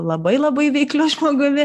labai labai veikliu žmogumi